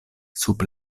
sub